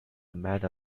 matter